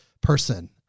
person